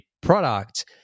product